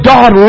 God